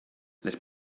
let